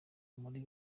muri